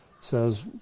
says